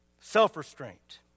self-restraint